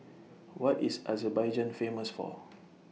What IS Azerbaijan Famous For